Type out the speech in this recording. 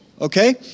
okay